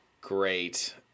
great